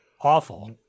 awful